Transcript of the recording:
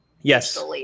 Yes